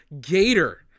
gator